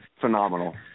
phenomenal